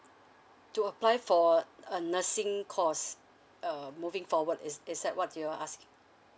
to apply for a nursing course uh moving forward is is that what you are asking